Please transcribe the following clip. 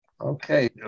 Okay